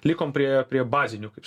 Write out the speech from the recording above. likom prie prie bazinių kaip